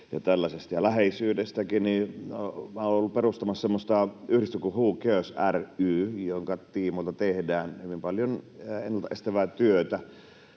ja tällaisesta, ja läheisyydestäkin: Olen ollut perustamassa semmoista yhdistystä kuin Who cares ry, jonka tiimoilta tehdään hyvin paljon ennalta estävää työtä